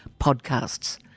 podcasts